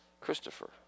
Christopher